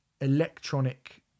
electronic